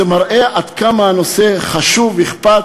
זה מראה עד כמה הנושא חשוב ואכפת